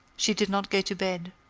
she did not go to bed.